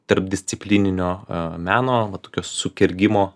tarpdisciplininio meno va tokio sukergimo